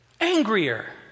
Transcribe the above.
angrier